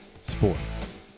Sports